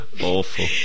Awful